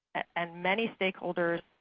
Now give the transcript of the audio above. and many stakeholders,